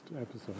episode